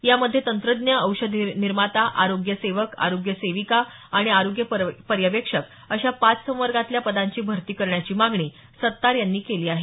यामध्ये तंत्रज्ञ औषध निर्माता आरोग्य सेवक आरोग्य सेविका आणि आरोग्य पर्यवेक्षक अशा पाच संवर्गातील पदांची भरती करण्याची मागणी सत्तार यांनी केली आहे